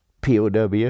POW